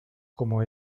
como